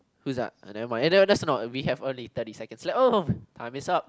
who's that uh never mind that's that's not we have only thirty seconds left oh time is up